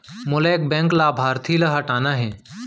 मोला एक बैंक लाभार्थी ल हटाना हे?